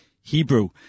Hebrew